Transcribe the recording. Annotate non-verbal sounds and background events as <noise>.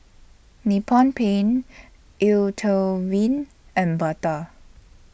Nippon Paint Eau <unintelligible> and Bata